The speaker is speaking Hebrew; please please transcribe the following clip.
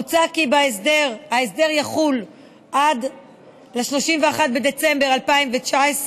מוצע כי ההסדר יחול עד 31 בדצמבר 2019,